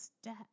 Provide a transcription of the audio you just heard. step